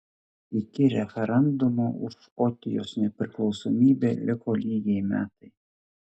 iki referendumo už škotijos nepriklausomybę liko lygiai metai